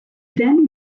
then